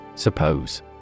Suppose